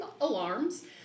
alarms